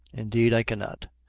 indeed i cannot.